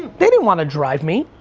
they didn't wanna drive me,